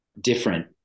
different